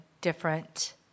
different